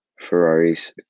Ferraris